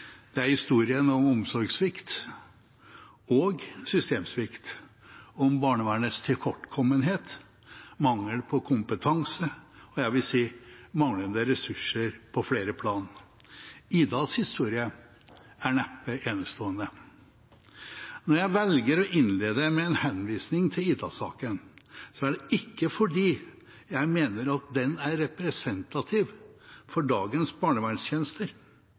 Det er historien om omsorgssvikt og systemsvikt – om barnevernets tilkortkommenhet, mangel på kompetanse, og jeg vil si: manglende ressurser på flere plan. «Ida»s historie er neppe enestående. Når jeg velger å innlede med en henvisning til «Ida»-saken, er det ikke fordi jeg mener at den er representativ for dagens barnevernstjenester.